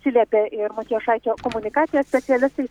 atsiliepė ir matijošaičio komunikacijos specialistai